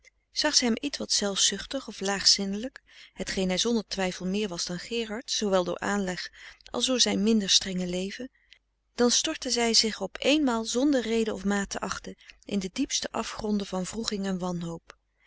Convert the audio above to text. hem ietwat zelfzuchtig of laag zinnelijk hetgeen hij zonder twijfel meer was dan gerard zoowel door aanleg frederik van eeden van de koele meren des doods als door zijn minder strenge leven dan stortte zij zich op eenmaal zonder rede of maat te achten in de diepste afgronden van wroeging en wanhoop